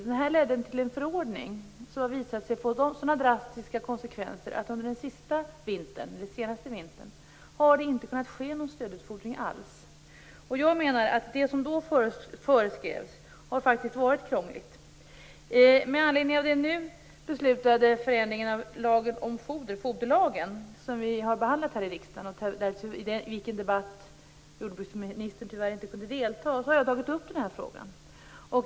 Den ledde till en förordning som visat sig få sådana drastiska konsekvenser att det under den senaste vintern inte har kunnat ske någon stödutfodring alls. Jag menar att det som då föreskrevs faktiskt har varit krångligt. Med anledning av de nu beslutade förändringarna av lagen om foder, foderlagen, som vi har behandlat här i riksdagen i en debatt som jordbruksministern tyvärr inte kunde delta i, har jag tagit upp den här frågan.